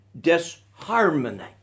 disharmony